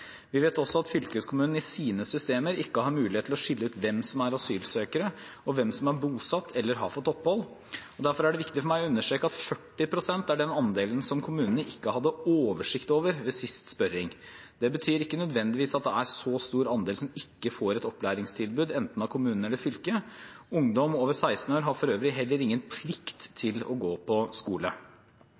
Vi vet også at fylkeskommunene i sine systemer ikke har mulighet til å skille ut hvem som er asylsøkere, og hvem som er bosatt eller har fått opphold. Derfor er det viktig for meg å understreke at 40 pst. er den andelen som kommunene ikke hadde oversikt over ved sist spørring. Det betyr ikke nødvendigvis at det er en så stor andel som ikke får et opplæringstilbud, enten av kommunen eller av fylket. Ungdom over 16 år har for øvrig heller ingen plikt til å gå på skole.